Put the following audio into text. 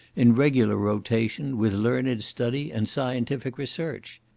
in regular rotation with learned study and scientific research.